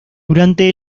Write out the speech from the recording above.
durante